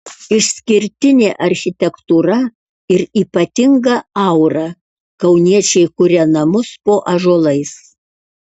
išskirtinė architektūra ir ypatinga aura kauniečiai kuria namus po ąžuolais